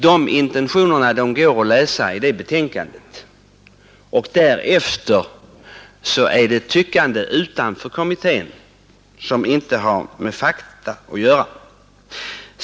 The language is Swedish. Dess intentioner går att utläsa ur betänkandet. Därutöver är det fråga om tyckande utanför kommittén som inte har med fakta att göra.